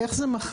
איך זה מכריע?